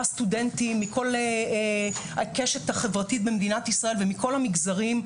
סטודנטים מכל הקשת החברתית במדינת ישראל ומכל המגזרים.